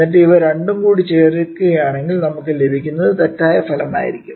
എന്നിട്ടു ഇവ രണ്ടും കൂടി ചേർക്കുകയാണെങ്കിൽ നമുക്ക് ലഭിക്കുന്നത് തെറ്റായ ഫലം ആയിരിക്കും